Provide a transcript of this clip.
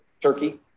Turkey